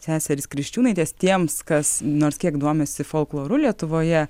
seserys kriščiūnaitės tiems kas nors kiek domisi folkloru lietuvoje